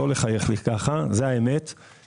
דמי הניהול בחברת הביטוח ידועים ללקוח היום,